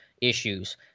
issues